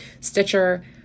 Stitcher